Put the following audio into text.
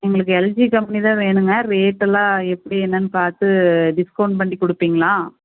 எங்களுக்கு LG company தான் வேணுங்க ரேட் எல்லாம் எப்படி என்னனு பார்த்து டிஸ்கவுண்ட் பண்ணி கொடுப்பீங்களா